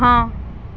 ହଁ